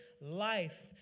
life